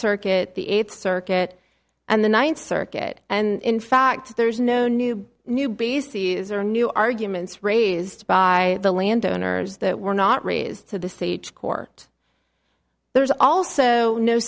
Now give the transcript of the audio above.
circuit the eighth circuit and the ninth circuit and in fact there is no new new beasties or new arguments raised by the landowners that were not raised to the state court there's also no